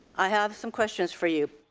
i have some questions for you.